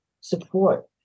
support